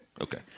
Okay